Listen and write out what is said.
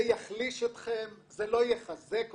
זה יחליש אתכם, זה לא יחזק אתכם,